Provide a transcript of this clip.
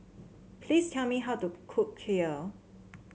please tell me how to cook Kheer